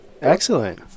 Excellent